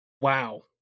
Wow